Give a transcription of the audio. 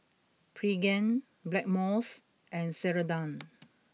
Pregain Blackmores and Ceradan